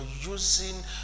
using